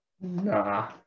Nah